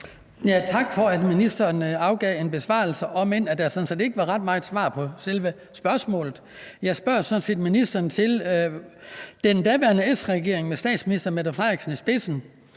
Tak for, at ministeren afgav en besvarelse, om end der sådan set ikke var ret meget svar på selve spørgsmålet. Jeg spørger sådan set ministeren til, at den daværende S-regering med statsminister Mette Frederiksen i spidsen